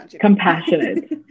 compassionate